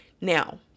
Now